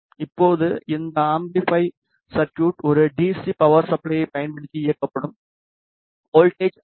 இப்போது இந்த amplifier circuit ஒரு டிசி பவர் சப்ளைப் பயன்படுத்தி இயக்கப்படும் வோல்ட்டேஜ் 5